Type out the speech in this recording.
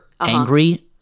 angry